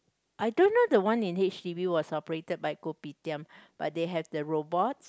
I don't know the one in h_d_b was operated by Kopitiam but they have the robots